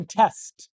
test